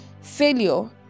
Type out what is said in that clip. Failure